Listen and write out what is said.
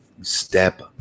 Step